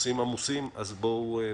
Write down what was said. נושאים עמוסים, אז בואו נתחיל.